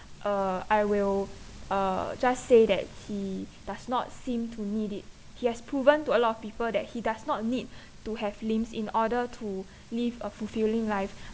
uh I will uh just say that he does not seem to need it he has proven to a lot of people that he does not need to have limbs in order to live a fulfilling life